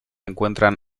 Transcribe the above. encuentran